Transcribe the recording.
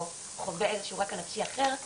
או חווה איזה שהוא רקע נפשי אחר,